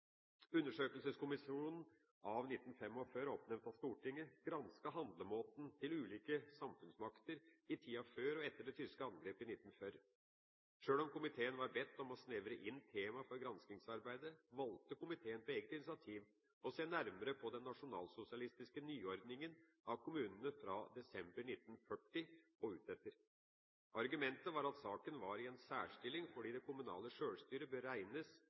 Undersøkelseskommisjonen av 1945, oppnevnt av Stortinget, gransket handlemåten til ulike samfunnsmakter i tida før og etter det tyske angrepet i 1940. Sjøl om komiteen var bedt om å snevre inn tema for granskingsarbeidet, valgte komiteen på eget initiativ å se nærmere på den nasjonalsosialistiske nyordningen av kommunene fra desember 1940 og utetter. Argumentet var at saken var i en særstilling fordi det kommunale sjølstyret bør regnes